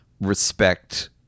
respect